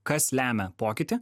kas lemia pokytį